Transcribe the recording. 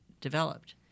developed